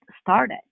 started